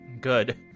Good